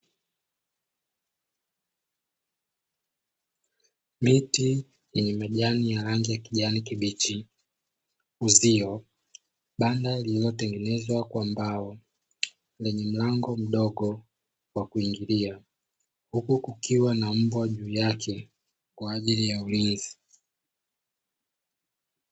Miti yenye majani ya rangi ya kijani kibichi, uzio banda lililotengenezwa kwa mbao lenye mlango mdogo kwa kuingilia huku kukiwa na mbwa juu yake kwa ajili ya ulinzi.